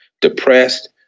depressed